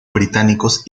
británicos